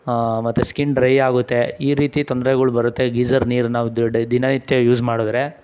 ಮತ್ತು skin dry ಆಗುತ್ತೆ ಈ ರೀತಿ ತೊಂದ್ರೆಗಳು ಬರುತ್ತೆ ಗೀಝರ್ ನೀರು ನಾವು ದ ಡೈ ದಿನನಿತ್ಯ ಯೂಸ್ ಮಾಡಿದ್ರೆ